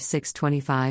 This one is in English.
625